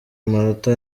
amanota